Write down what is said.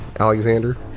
Alexander